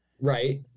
Right